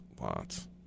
Lots